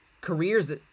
careers